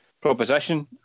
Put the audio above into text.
proposition